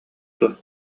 дуо